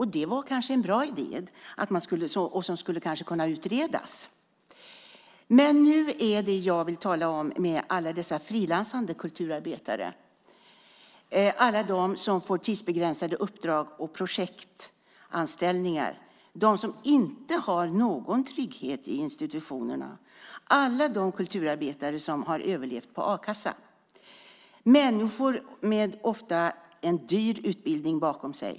Det var en bra idé som skulle kunna utredas. Men nu vill jag tala om alla dessa frilansande kulturarbetare. Det gäller alla de som får tidsbegränsade uppdrag och projektanställningar. Det är de kulturarbetarna som inte har någon trygghet i institutionerna och som har överlevt på a-kassa. Det är människor som ofta har en dyr utbildning bakom sig.